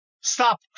stop